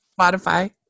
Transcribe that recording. Spotify